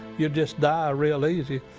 you'd just die real easy.